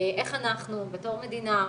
איך אנחנו בתור מדינה,